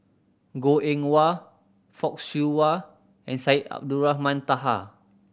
Goh Eng Wah Fock Siew Wah and Syed Abdulrahman Taha